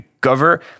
cover